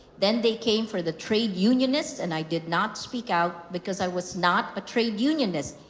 then they came for the trade unionists. and i did not speak out because i was not a trade unionist.